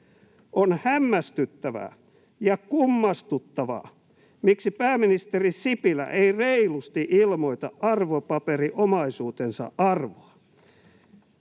”On hämmästyttävää ja kummastuttavaa, miksi pääministeri Sipilä ei reilusti ilmoita arvopaperiomaisuutensa arvoa.”